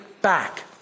Back